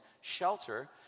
shelter